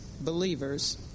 believers